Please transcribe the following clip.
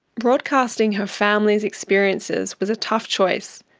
broadcasting her family's experiences was a tough choice.